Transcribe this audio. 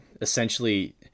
essentially